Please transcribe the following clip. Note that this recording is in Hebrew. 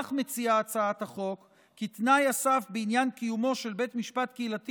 לפיכך מציעה הצעת החוק כי תנאי הסף בעניין קיומו של בית משפט קהילתי